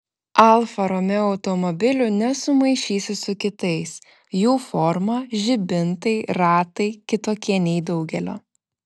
alfa romeo automobilių nesumaišysi su kitais jų forma žibintai ratai kitokie nei daugelio